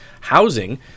Housing